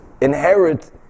inherit